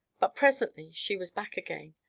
but presently she was back again.